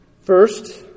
First